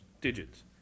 Digits